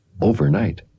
Overnight